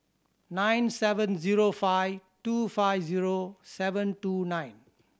nine seven zero five two five zero seven two nine